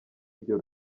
iryo